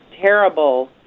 terrible